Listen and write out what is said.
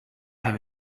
have